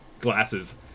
glasses